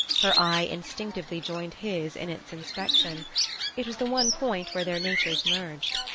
her eye instinctively joined his in its inspection it was the one point where their natures merged.